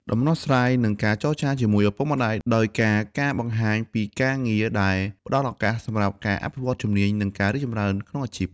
ដំណោះស្រាយ និងការចរចារជាមួយឪពុកម្ដាយដោយការការបង្ហាញពីការងារដែលផ្តល់ឱកាសសម្រាប់ការអភិវឌ្ឍន៍ជំនាញ និងការរីកចម្រើនក្នុងអាជីព។